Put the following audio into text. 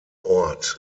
ort